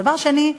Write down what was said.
דבר שני,